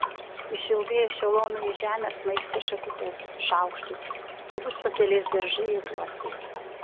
išilgai ešelonų į žemę smaigstė šakutes šaukštus tai bus pakelės beržai ir uosiai